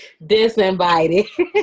Disinvited